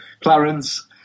Clarence